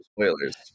spoilers